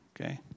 okay